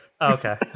okay